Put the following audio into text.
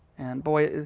and boy,